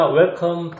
welcome